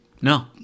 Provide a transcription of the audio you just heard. No